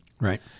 Right